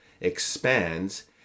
expands